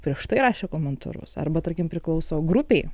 prieš tai rašė komentarus arba tarkim priklauso grupei